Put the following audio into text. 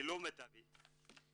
שילוב מיטבי,